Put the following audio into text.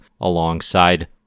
alongside